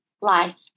life